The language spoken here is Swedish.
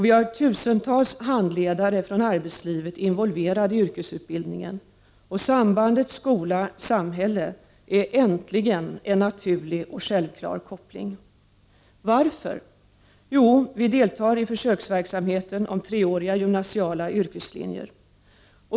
Vi har tusentals handledare från arbetslivet involverade i yrkesutbildningen, och sambandet skola-samhälle är äntligen en naturlig och självklar koppling. Varför? Jo, vi deltar i försöksverksamheten om treåriga gymnasiala yrkeslinjer.